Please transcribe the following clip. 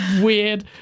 weird